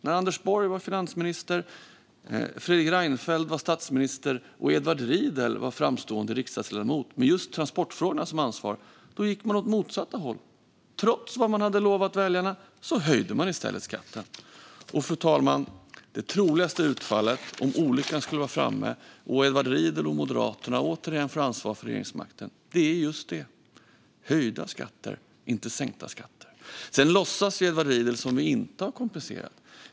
När Anders Borg var finansminister, Fredrik Reinfeldt var statsminister och Edward Riedl var framstående riksdagsledamot med just transportfrågorna som ansvarsområde gick man åt det motsatta hållet. Trots det man hade lovat väljarna höjde man skatten. Fru talman! Det troligaste utfallet om olyckan skulle vara framme och Edward Riedl och Moderaterna återigen får regeringsmakten är just höjda, inte sänkta, skatter. Edward Riedl låtsas som att vi inte har kompenserat.